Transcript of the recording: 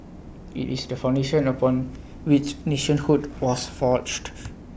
IT is the foundation upon which nationhood was forged